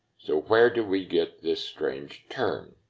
so where do we get this strange term?